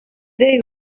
they